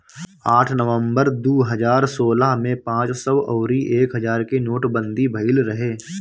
आठ नवंबर दू हजार सोलह में पांच सौ अउरी एक हजार के नोटबंदी भईल रहे